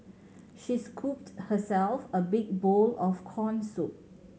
she scooped herself a big bowl of corn soup